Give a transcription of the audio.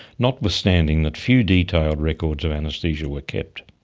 notwithstanding that few detailed records of anaesthesia were kept.